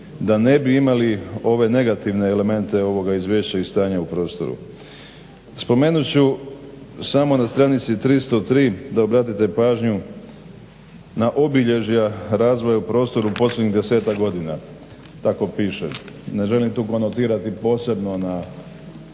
da ne bi imali ove negativne elemente ovoga izvješća i stanja u prostoru. Spomenut ću samo na stranici 303 da obratite pažnju na obilježja razvoja u prostoru posljednjih desetak godina, tako piše. Ne želim tu kontirati posebno na